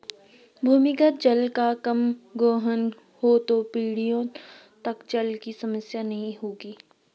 भूमिगत जल का कम गोहन हो तो पीढ़ियों तक जल की समस्या नहीं होगी